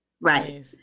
Right